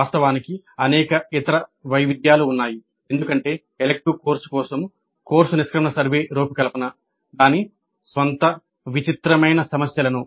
వాస్తవానికి అనేక ఇతర వైవిధ్యాలు ఉన్నాయి ఎందుకంటే ఎలిక్టివ్ కోర్సు కోసం కోర్సు నిష్క్రమణ సర్వే రూపకల్పన దాని స్వంత విచిత్రమైన సమస్యలను